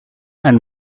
and